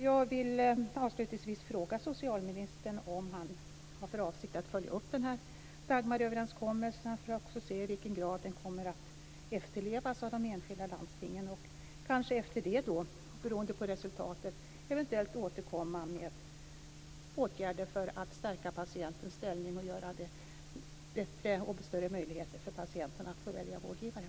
Jag vill avslutningsvis fråga socialministern om han har för avsikt att följa upp Dagmaröverenskommelsen och se i vilken grad den kommer att efterlevas av de enskilda landstingen och kanske efter det, beroende på resultatet, återkomma med förslag till åtgärder för att stärka patientens ställning och ge patienten större möjligheter att välja vårdgivare.